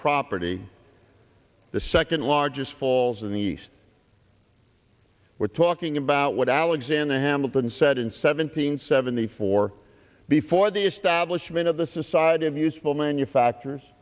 property the second largest falls in the east we're talking about what alexander hamilton said in seven hundred seventy four before the establishment of the society of useful manufacturers